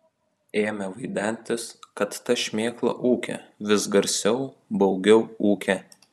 ėmė vaidentis kad ta šmėkla ūkia vis garsiau baugiau ūkia